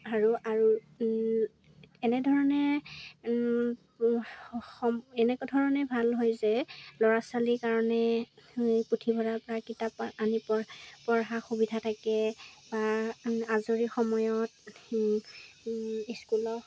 আৰু আৰু এনেধৰণে এনেকুৱা ধৰণে ভাল হয় যে ল'ৰা ছোৱালীৰ কাৰণে পুথিভঁৰালৰপৰা কিতাপ আনি পঢ়া সুবিধা থাকে বা আজৰি সময়ত স্কুলত